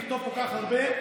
לכתוב כל כך הרבה.